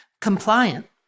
compliant